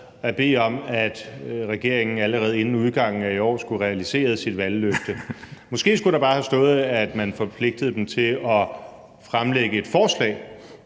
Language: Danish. at bede om, at regeringen allerede inden udgangen af i år skulle have realiseret sit valgløfte. Måske skulle der bare have stået, at man forpligtende den til at fremlægge et forslag